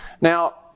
Now